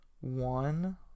one